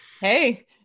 Hey